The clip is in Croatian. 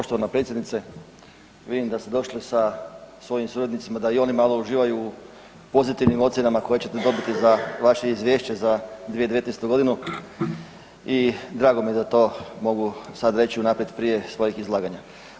Poštovana predsjednice vidim da ste došli sa svojim suradnicima da i oni malo uživaju u pozitivnim ocjenama koje ćete dobiti za vaše izvješće za 2019. godinu i drago mi je da to mogu sad reći unaprijed prije svojih izlaganja.